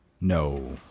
No